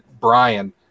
Brian